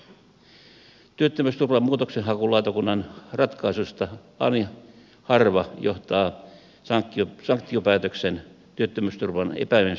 työttömyysturvan muutoksenhakulautakunnan ratkaisusta ani harva johtaa sanktiopäätöksen työttömyysturvan ja päijät